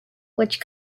which